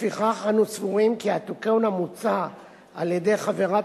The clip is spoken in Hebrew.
לפיכך אנו סבורים כי התיקון המוצע על-ידי חברת